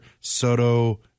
soto